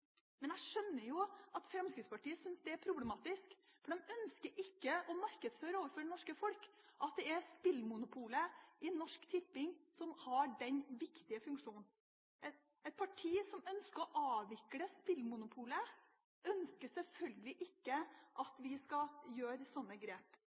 Jeg skjønner at Fremskrittspartiet synes det er problematisk, for de ønsker ikke å markedsføre overfor det norske folk at det er spillmonopolet i Norsk Tipping som har den viktige funksjonen. Et parti som ønsker å avvikle spillmonopolet, ønsker sjølsagt ikke